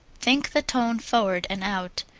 think the tone forward and out.